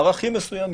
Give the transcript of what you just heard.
ערכים מסוימים.